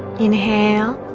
inhale